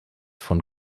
von